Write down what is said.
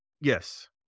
yes